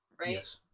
right